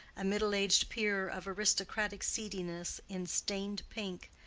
a middle-aged peer of aristocratic seediness in stained pink,